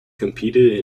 competed